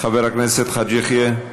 חבר הכנסת חאג' יחיא,